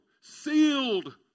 sealed